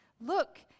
Look